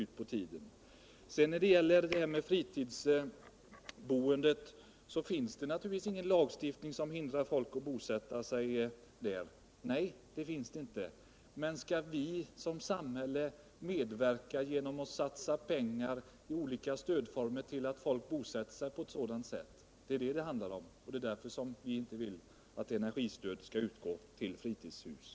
Beträffande fritidsboendet vill jag säga att det visserligen inte finns någon lagstiftning som förbjuder folk att bosätta sig i fritidsområde, men vi vill inte att energistöd skall utgå till fritidshus, eftersom samhället måste medverka genom att satsa pengar i olika stödformer.